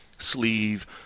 sleeve